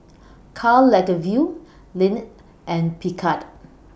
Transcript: Karl Lagerfeld Lindt and Picard